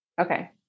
Okay